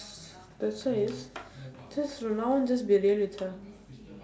that's why just just for now just be real with her